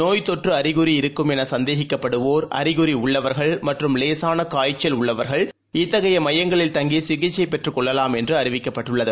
நோய்த் தொற்றுஅறிகுறி இருக்கும் எனசந்தேகிக்கப்படுவோர் அறிகுறிஉள்ளவர்கள் மற்றும் லேசானகாய்ச்சல் இத்தகையமையங்களில் தங்கிசிகிச்சைபெற்றுக் கொள்ளலாம் என்றுஅறிவிக்கப்பட்டுள்ளது